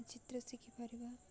ଚିତ୍ର ଶିଖିପାରିବା